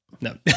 no